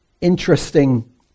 interesting